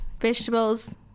vegetables